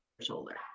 shoulder